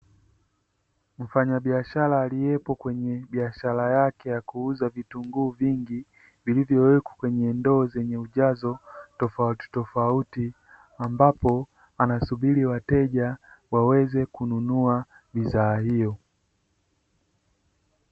Mfanyabiashara aliyepo kwenye biashara yake ya kuuza vitunguu vingi vilivyowekwa kwenye ndoo zenye ujazo tofautitofauti, ambapo anasubiri wateja waweze kununua bidhaa hiyo.